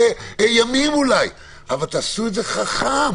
ימים אולי, אבל תעשו את זה חכם.